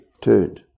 turned